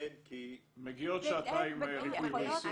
אין כי --- מגיעות שעתיים ריפוי בעיסוק.